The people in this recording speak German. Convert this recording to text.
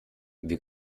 wir